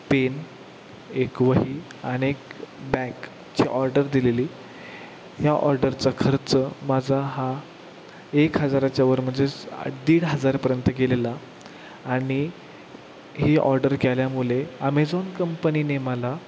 pen एक वही आणि एक बॅगची ऑर्डर दिलेली या ऑर्डरचा खर्च माझा हा एक हजाराच्या वर म्हणजेच दीड हजारपर्यंत गेलेला आणि ही ऑर्डर केल्यामुळे आमेझॉन कंपनीने मला